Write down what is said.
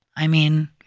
i mean,